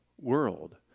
world